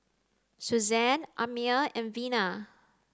Susanne Amir and Vina